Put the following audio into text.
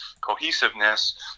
cohesiveness